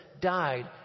died